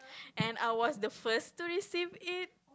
and I was the first to receive it